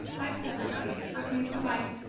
thanks everybody okay bye-bye